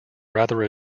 rather